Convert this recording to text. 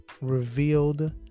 revealed